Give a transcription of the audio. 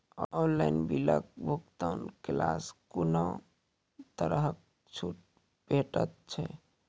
Online बिलक भुगतान केलासॅ कुनू तरहक छूट भेटै छै?